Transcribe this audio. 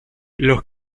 los